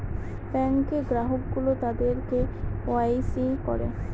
ব্যাঙ্কে গ্রাহক গুলো তাদের কে ওয়াই সি করে